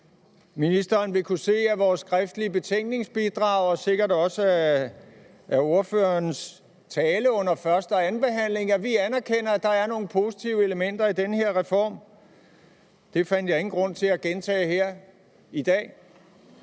Ministeren vil kunne se af vores skriftlige betænkningsbidrag og sikkert også af ordførerens tale under første- og andenbehandlingen, at vi erkender, at der er nogle positive elementer i den her reform. Det fandt jeg ingen grund til at gentage her i dag